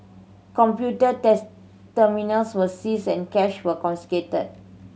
computer terminals were seized and cash was confiscated